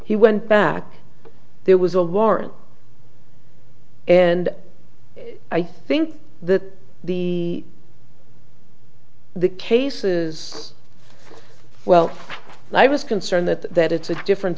he went back there was a warrant and i think that the the cases well i was concerned that that it's a different